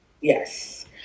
Yes